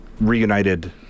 reunited